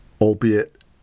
Albeit